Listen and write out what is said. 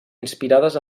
inspirades